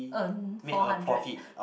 earn four hundred